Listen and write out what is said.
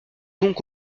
donc